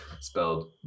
spelled